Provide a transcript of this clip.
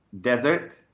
desert